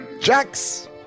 Jax